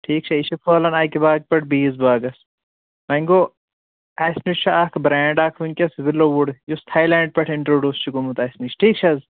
ٹھیٖکھ چھا یہِ چھِ پھہلان اَکہِ باغہٕ پیٚٹھ بیٚیِس باغس وۄنۍ گوٚو اَسہِ نِش چھُ اَکھ برٛینٛڈ اکھ وُنکیٚس وِلوٗ وُڈ یُس تھاے لینٛڈ پیٚٹھ اِنٹرڈیوٗس چھُ گوٚمُت اَسہِ نِش ٹھیٖک چھِ حظ